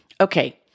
Okay